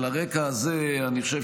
על הרקע הזה אני חושב